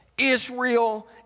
Israel